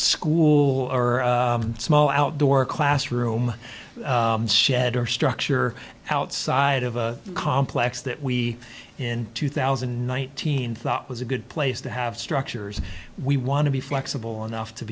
school or small outdoor classroom shed or structure outside of a complex that we in two thousand and nineteen thought was a good place to have structures we want to be flexible